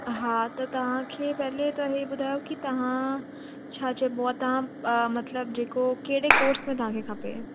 हा त तव्हांखे पहिले त हे ॿुधायो की तव्हां छा चइबो तव्हां मतिलबु जेको कहिड़े कोर्स में तव्हांखे खपे